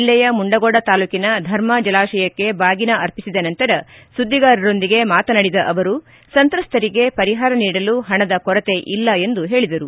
ಜಲ್ಲೆಯ ಮುಂಡಗೋಡ ತಾಲೂಕಿನ ಧರ್ಮಾ ಜಲಾಶಯಕ್ಕೆ ಬಾಗಿನ ಅರ್ಪಿಸಿದ ನಂತರ ಸುದ್ದಿಗಾರರೊಂದಿಗೆ ಮಾತನಾಡಿದ ಅವರು ಸಂತ್ರಸ್ತರಿಗೆ ಪರಿಹಾರ ನೀಡಲು ಹಣದ ಕೊರತೆ ಇಲ್ಲ ಎಂದು ಹೇಳಿದರು